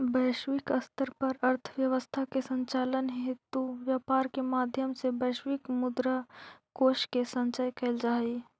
वैश्विक स्तर पर अर्थव्यवस्था के संचालन हेतु व्यापार के माध्यम से वैश्विक मुद्रा कोष के संचय कैल जा हइ